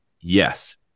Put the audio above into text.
Yes